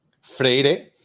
Freire